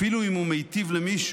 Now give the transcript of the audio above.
אפילו אם הוא מיטיב למישהו,